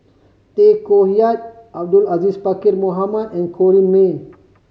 Tay Koh Yat Abdul Aziz Pakkeer Mohamed and Corrinne May